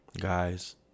Guys